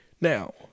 now